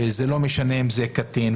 זה לא משנה אם זה קטין,